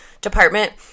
department